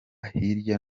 hirya